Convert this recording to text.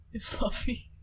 Fluffy